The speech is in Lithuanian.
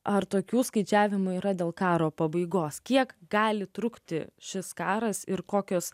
ar tokių skaičiavimų yra dėl karo pabaigos kiek gali trukti šis karas ir kokios